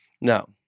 No